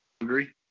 Agree